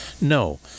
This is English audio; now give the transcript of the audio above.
No